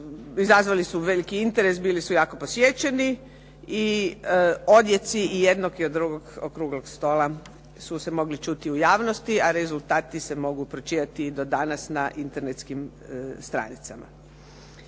izazvali su veliki interes, bili su jako posjećeni i odjeci jednog i drugog okruglog stola su se mogli čuti u javnosti a rezultati se mogu pročitati do danas na internetskim stranicama.